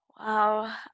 Wow